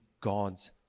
God's